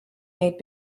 made